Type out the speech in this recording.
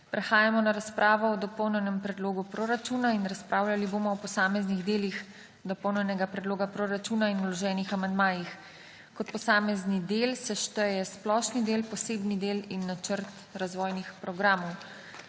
Prehajamo na razpravo o Dopolnjenem predlogu proračuna in razpravljali bomo o posameznih delih Dopolnjenega predloga proračuna in vloženih amandmajih. Kot posamezni del se šteje Splošni del, Posebni del in Načrt razvojih programov.